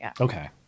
Okay